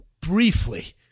Briefly